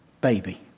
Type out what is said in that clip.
baby